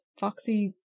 foxy